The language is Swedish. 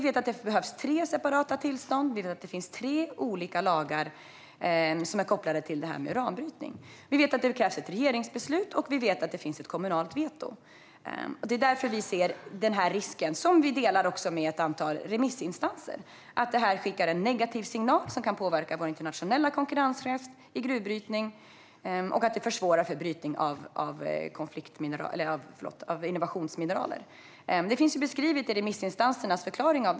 Det behövs tre separata tillstånd, det finns tre olika lagar som är kopplade till uranbrytning, det krävs ett regeringsbeslut och det finns ett kommunalt veto. Det är därför vi och ett antal remissinstanser ser den här risken. Detta skickar en negativ signal som kan påverka vår internationella konkurrenskraft vad gäller gruvbrytning och försvåra för brytning av innovationsmineraler. Det finns beskrivet i remissinstansernas förklaring.